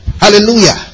Hallelujah